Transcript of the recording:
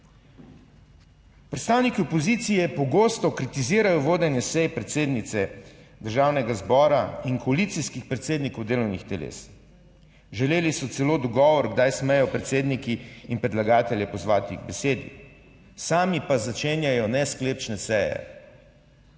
Predstavniki opozicije pogosto kritizirajo vodenje sej predsednice Državnega zbora in koalicijskih predsednikov delovnih teles. Želeli so celo odgovor, kdaj smejo predsedniki in predlagatelje pozvati k besedi, sami pa začenjajo nesklepčne seje.